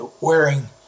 wearing